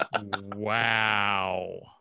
Wow